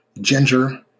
ginger